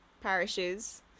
parishes